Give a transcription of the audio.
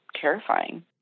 terrifying